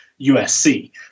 USC